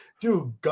Dude